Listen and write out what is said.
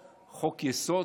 חוק-יסוד,